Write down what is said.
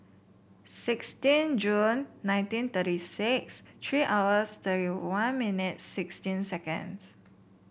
sixteen June nineteen thirty six three hours thirty one minutes sixteen seconds